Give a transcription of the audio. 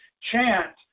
chant